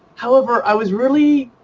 however, i was really,